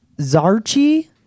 Zarchi